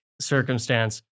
circumstance